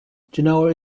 genoa